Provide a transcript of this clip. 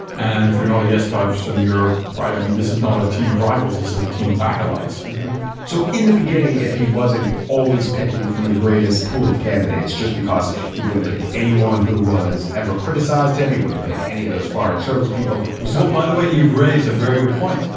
and if you're not espn ah so and you're right, i mean, this is not a team of rivals. this is a team of acolytes so in the beginning, if he wasn't always picking from the greatest pool of candidates just because he wouldn't pick anyone who was ever criticized him, he wouldn't pick any of those foreign service people who saw it by the way, you've raised a very good point,